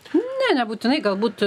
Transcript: ne nebūtinai galbūt